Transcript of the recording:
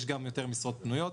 יש גם יותר משרות פנויות.